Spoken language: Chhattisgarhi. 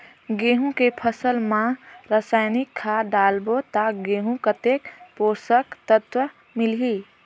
गंहू के फसल मा रसायनिक खाद डालबो ता गंहू कतेक पोषक तत्व मिलही?